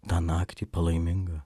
tą naktį palaimingą